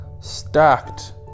stacked